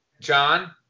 John